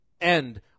End